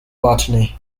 botany